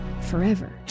forever